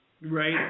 Right